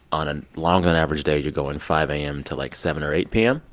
on a longer-than-average day, you're going five a m. to, like, seven or eight p m?